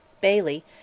Bailey